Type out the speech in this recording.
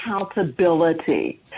accountability